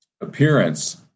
appearance